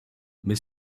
mais